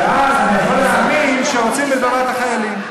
ואז אני יכול להאמין שרוצים בטובת החיילים.